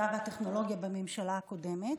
המדע והטכנולוגיה בממשלה הקודמת.